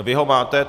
Vy ho máte?